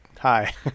hi